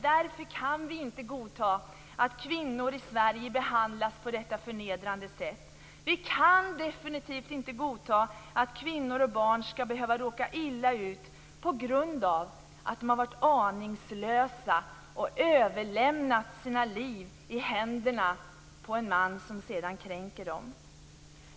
Därför kan vi inte godta att kvinnor i Sverige behandlas på detta förnedrande sätt. Vi kan definitivt inte godta att kvinnor och barn skall behöva råka illa ut på grund av att de varit aningslösa och överlämnat sina liv i händerna på en man som sedan kränkt dem.